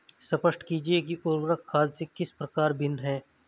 स्पष्ट कीजिए कि उर्वरक खाद से किस प्रकार भिन्न है?